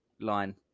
line